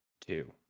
Two